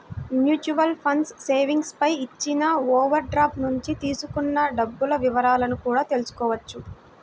mutual funds savings పై ఇచ్చిన overdraft నుంచి తీసుకున్న డబ్బుల వివరాలను కూడా తెల్సుకోవచ్చు